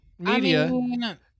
media